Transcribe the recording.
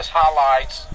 highlights